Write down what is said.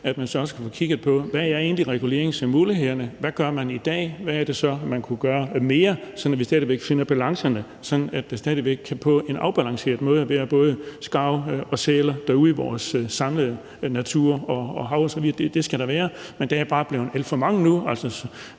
til, også kan få kigget på, hvad reguleringsmulighederne egentlig er. Hvad gør man i dag? Hvad er det så, man kunne gøre mere, sådan at vi stadigvæk finder balancerne, og sådan at der stadigvæk på en afbalanceret måde kan være både skarver og sæler derude i vores samlede natur og hav osv.? Det skal der være, men der er bare blevet alt for mange nu.